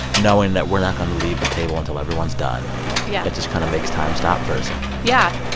knowing that we're not going to leave the table until everyone's done yeah that just kind of makes time stop for a second yeah.